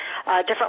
different